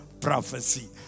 prophecy